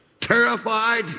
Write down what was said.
terrified